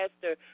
pastor